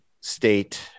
state